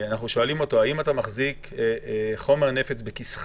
האם הוא מחזיק חומר נפץ בכיסו